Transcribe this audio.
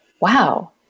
wow